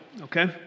Okay